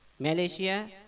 Malaysia